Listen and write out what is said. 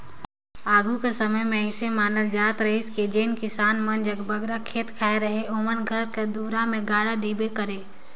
आघु कर समे मे अइसे मानल जात रहिस कि जेन किसान मन जग बगरा खेत खाएर अहे ओमन घर कर दुरा मे गाड़ा दिखबे करे